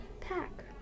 pack